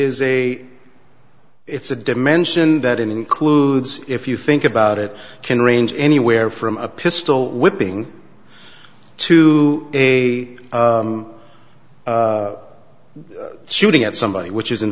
is a it's a dimension that includes if you think about it can range anywhere from a pistol whipping to a shooting at somebody which is in